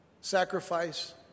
sacrifice